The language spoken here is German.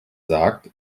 sagt